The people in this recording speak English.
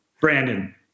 Brandon